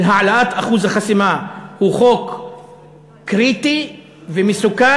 של העלאת אחוז החסימה, הוא חוק קריטי ומסוכן,